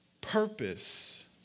purpose